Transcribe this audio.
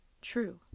true